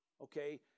Okay